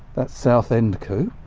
that's south end coupe,